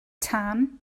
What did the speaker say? tan